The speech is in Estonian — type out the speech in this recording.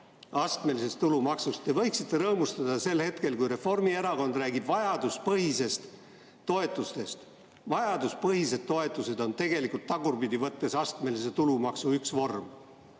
astmelisest tulumaksust, te võiksite rõõmustada sel hetkel, kui Reformierakond räägib vajaduspõhistest toetustest. Vajaduspõhised toetused on tagurpidi võttes astmelise tulumaksu üks vorm.